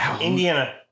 Indiana